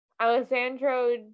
Alessandro